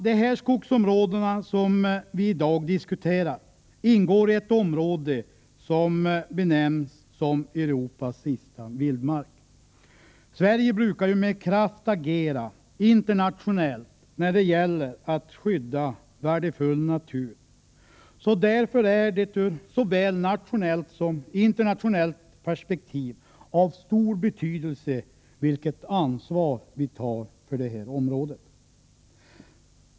De skogsområden som vi i dag diskuterar ingår i ett område som benämns som Europas sista vildmark. Sverige brukar ju med kraft agera internationellt när det gäller att skydda värdefull natur, så därför är det ur såväl nationellt som internationellt perspektiv av stor betydelse vilket ansvar vi tar för det här området.